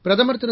பிரதமர் திரு